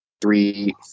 three